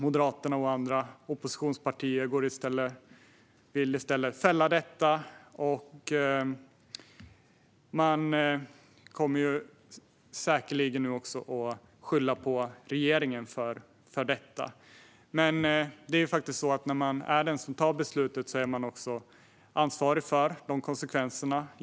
Moderaterna och andra oppositionspartier vill i stället fälla förslaget. Säkerligen kommer de att skylla på regeringen. Men är man den som tar ett beslut är man också ansvarig för konsekvenserna.